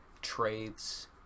Trades